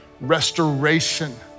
restoration